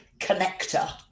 connector